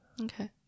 okay